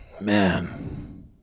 man